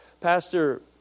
Pastor